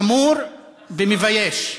חמור ומבייש.